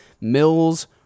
mills